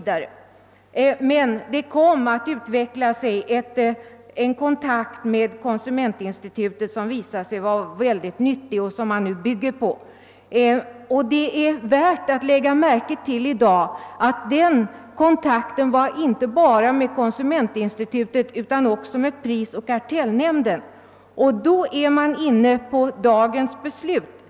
Det kom sedan att utveckla sig en kontakt med konsumentinstitutet som visade sig vara mycket nyttig och som man nu bygger på. Det är värt att lägga märke till i dag att sådan kontakt upprättats inte bara med konsumentinstitutet utan också med prisoch kartellnämnden. Därmed är man inne på dagens beslut.